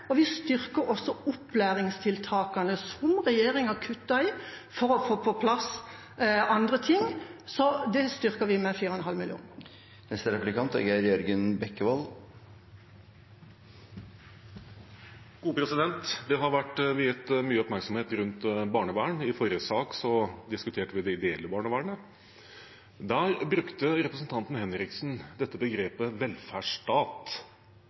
Vi styrker også opplæringstiltakene som regjeringa kuttet i for å få på plass andre ting – dem styrker vi med 4,5 mill. kr. Det har vært viet mye oppmerksomhet til barnevern. I forrige sak diskuterte vi det ideelle barnevernet. Der brukte representanten Henriksen begrepet «velferdsstat» – man ønsker seg en sterk velferdsstat.